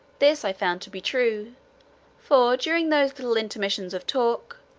this i found to be true for during those little intermissions of talk,